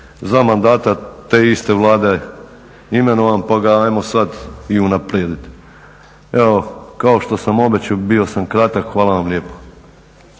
za mandata te iste Vlade imenovan pa ga ajmo sad i unaprijediti. Evo kao što sam obećao bio sam kratak. Hvala vam lijepo.